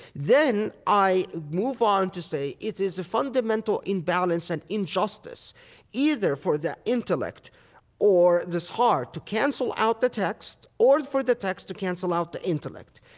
then i move on to say it is a fundamental imbalance and injustice either for the intellect or this heart to cancel out the text or for the text to cancel out the intellect.